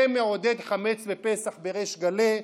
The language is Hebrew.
זה מעודד חמץ בפסח בריש גלי,